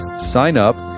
sign up,